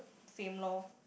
same lor